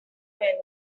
man